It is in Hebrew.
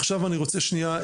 עכשיו אני רוצה שנייה,